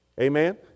Amen